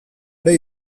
ere